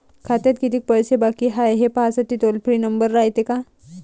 खात्यात कितीक पैसे बाकी हाय, हे पाहासाठी टोल फ्री नंबर रायते का?